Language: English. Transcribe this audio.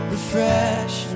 Refresh